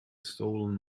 stolen